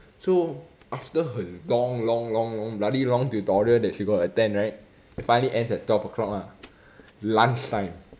so after her long long long bloody long tutorial that she got to attend right it finally ends at twelve o'clock lah lunch time